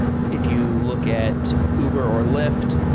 if you look at uber or lyft,